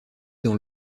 dans